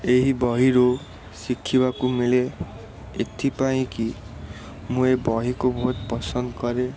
ଏହି ବହିରୁ ଶିଖିବାକୁ ମିଳେ ଏଥିପାଇଁ କି ମୁଁ ଏ ବହିକୁ ବହୁତ ପସନ୍ଦ କରେ